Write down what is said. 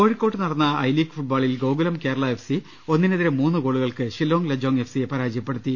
കോഴിക്കോട്ട് നടന്ന I League ഫുട്ബോളിൽ ഗോകുലം കേരള എഫ്സി ഒന്നിനെതിരെ മൂന്ന് ഗോളുകൾക്ക് ഷില്ലോങ്ങ് ലജോങ്ങ് എഫ്സിയെ പരാജയപ്പെടുത്തു